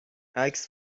عکس